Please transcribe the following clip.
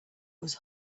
was